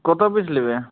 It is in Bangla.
কত পিস নেবে